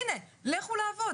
הנה, לכו לעבוד.